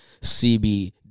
CBD